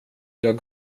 jag